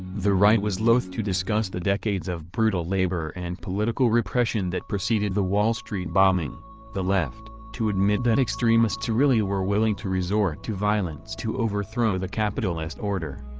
the right was loath to discuss the decades of brutal labor and political repression that preceded the wall street bombing the left, to admit that extremists really were willing to resort to violence to overthrow the capitalist order.